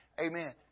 Amen